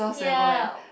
ya